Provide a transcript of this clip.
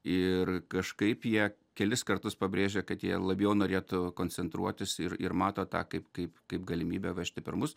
ir kažkaip jie kelis kartus pabrėžia kad jie labiau norėtų koncentruotis ir ir mato tą kaip kaip kaip galimybę vežti per mus